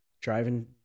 driving